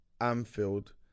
Anfield